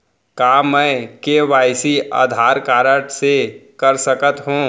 का मैं KYC Aadhaar card से कर सकत हो?